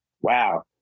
wow